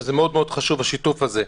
ומאוד חשוב השיתוף הזה.